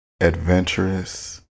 adventurous